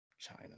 China